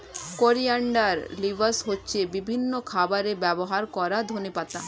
coriander leaves হচ্ছে বিভিন্ন খাবারে ব্যবহার করা ধনেপাতা